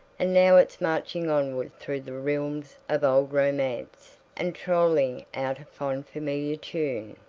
and now it's marching onward through the realms of old romance, and trolling out a fond familiar tune,